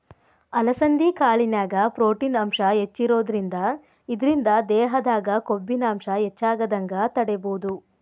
ಅಲಸಂಧಿ ಕಾಳಿನ್ಯಾಗ ಪ್ರೊಟೇನ್ ಅಂಶ ಹೆಚ್ಚಿರೋದ್ರಿಂದ ಇದ್ರಿಂದ ದೇಹದಾಗ ಕೊಬ್ಬಿನಾಂಶ ಹೆಚ್ಚಾಗದಂಗ ತಡೇಬೋದು